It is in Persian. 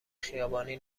خیابانی